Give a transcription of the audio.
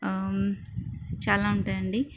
చాలా ఉంటాయండి